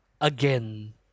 again